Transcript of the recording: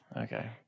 Okay